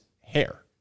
hair